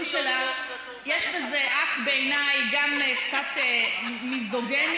יש בזה אקט גם קצת מיזוגני,